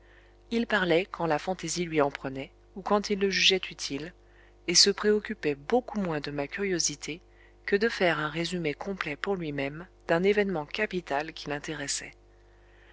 il parlait quand la fantaisie lui en prenait ou quand il le jugeait utile et se préoccupait beaucoup moins de ma curiosité que de faire un résumé complet pour lui-même d'un événement capital qui l'intéressait